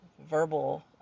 verbal